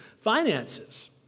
finances